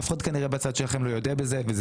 אף אחד כנראה בצד שלכם לא יודה בזה וזה